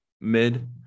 mid